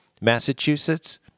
Massachusetts